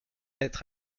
être